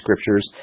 scriptures